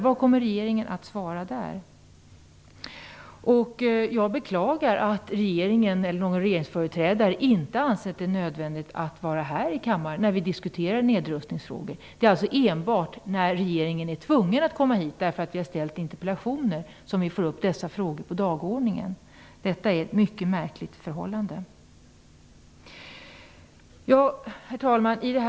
Vad kommer regeringen att svara? Jag beklagar att regeringen eller någon regeringsföreträdare inte ansett det nödvändigt att vara i kammaren när vi diskuterar nedrustningsfrågor. Det är alltså enbart när regeringen är tvungen att komma hit därför att vi har ställt interpellationer som vi får upp dessa frågor på dagordningen. Detta är ett mycket märkligt förhållande. Herr talman!